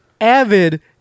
avid